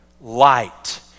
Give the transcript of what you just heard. light